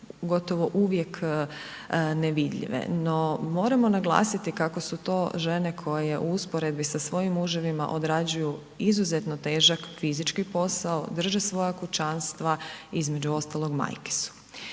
gotovo uvijek nevidljive. No, moramo naglasiti kako su to žene koje u usporedbi sa svojim muževima odrađuju izuzetno težak fizički posao, drže svoja kućanstva, između ostalog majke su.